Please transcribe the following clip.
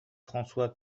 françois